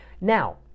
now